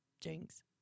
Jinx